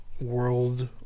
world